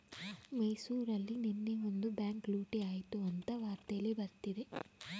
ಮೈಸೂರಲ್ಲಿ ನೆನ್ನೆ ಒಂದು ಬ್ಯಾಂಕ್ ಲೂಟಿ ಆಯ್ತು ಅಂತ ವಾರ್ತೆಲ್ಲಿ ಬರ್ತಿದೆ